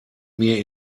mir